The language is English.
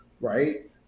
right